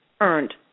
earned